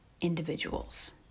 individuals